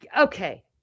okay